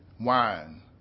wine